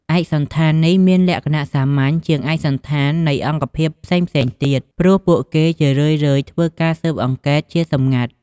ឯកសណ្ឋាននេះមានលក្ខណៈសាមញ្ញជាងឯកសណ្ឋាននៃអង្គភាពផ្សេងៗទៀត ព្រោះពួកគេជារឿយៗធ្វើការស៊ើបអង្កេតជាសម្ងាត់។